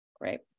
Great